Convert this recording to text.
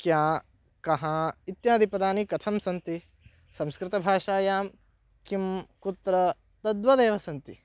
क्या कहा इत्यादिपदानि कथं सन्ति संस्कृतभाषायां किं कुत्र तद्वदेव सन्ति